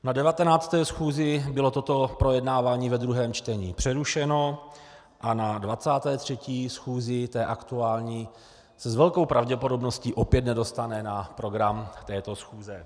Na 19. schůzi bylo toto projednávání ve druhém čtení přerušeno a na 23. schůzi, té aktuální, se s velkou pravděpodobností opět nedostane na program této schůze.